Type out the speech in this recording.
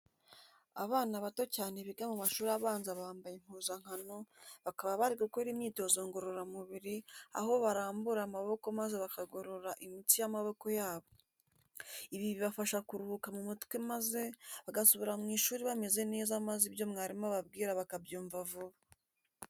Abana bato cyane biga mu mashuri abanza bambaye impuzankano, bakaba bari gukora imyitozo ngororamubiri aho barambura amaboko maze bakagorora imitsi y'amaboko yabo. Ibi bibafasha kuruhuka mu mutwe maze bagasubira mu ishuri bameze neza maze ibyo mwarimu ababwira bakabyumva vuba.